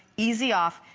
easy off.